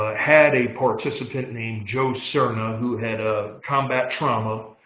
ah had a participant named joe serna, who had a combat trauma,